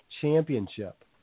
championship